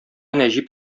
нәҗип